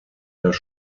das